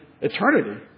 eternity